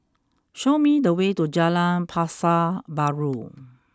show me the way to Jalan Pasar Baru